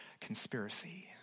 conspiracy